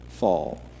fall